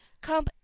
come